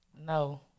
no